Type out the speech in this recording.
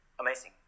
amazing